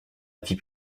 vie